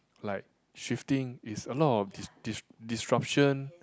like shifting is a lot of dis~ dis~ disruption